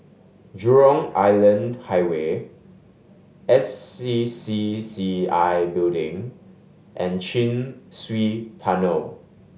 Jurong Island Highway S C C C I Building and Chin Swee Tunnel